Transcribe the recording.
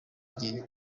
igihe